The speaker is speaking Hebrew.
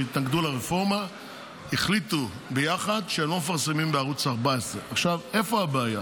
שהתנגדו לרפורמה החליטו יחד שהם לא מפרסמים בערוץ 14. איפה הבעיה?